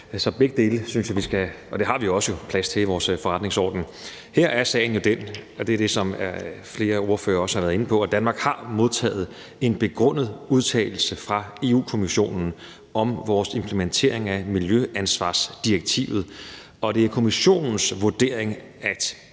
Så begge dele synes jeg vi skal have plads til, og det har vi jo også ifølge vores forretningsorden. Her er sagen jo den – og det er det, som flere ordførere også har været inde på – at Danmark har modtaget en begrundet udtalelse fra EU-Kommissionen om vores implementering af miljøansvarsdirektivet. Det er Kommissionens vurdering, at